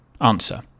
Answer